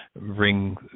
bring